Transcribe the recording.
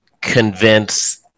convince